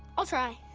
i'll try.